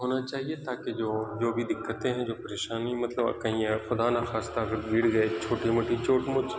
ہونا چاہیے تاکہ جو جو بھی دقتیں ہیں جو پریشانی مطلب کہیں اگر خدا نخواستہ اگر گر گئے چھوٹی موٹی چوٹ موچ